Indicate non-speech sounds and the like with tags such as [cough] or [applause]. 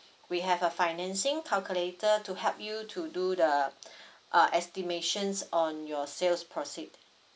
we have a financing calculator to help you to do the [breath] uh estimations on your sales proceed